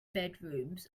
bedrooms